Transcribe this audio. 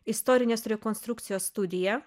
istorinės rekonstrukcijos studiją